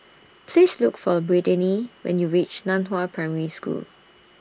Please Look For Brittani when YOU REACH NAN Hua Primary School